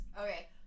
okay